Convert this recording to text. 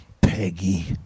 Peggy